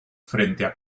frente